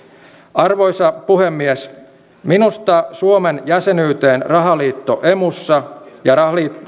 arvoisa puhemies minusta suomen jäsenyyteen rahaliitto emussa ja